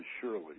surely